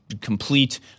complete